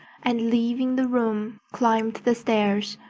and leaving the room, climbed the stairs.